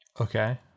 Okay